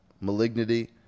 malignity